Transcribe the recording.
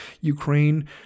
Ukraine